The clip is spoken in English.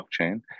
blockchain